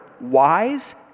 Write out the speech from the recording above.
wise